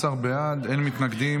18 בעד, אין מתנגדים.